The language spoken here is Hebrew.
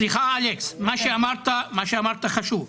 סליחה, אלכס, אמרת דבר חשוב.